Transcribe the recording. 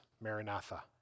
Maranatha